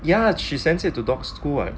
ya she sends it to dogs school